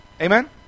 Amen